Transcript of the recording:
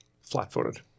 flat-footed